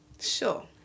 Sure